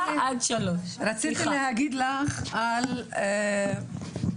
רציתי להגיד לך על חינם,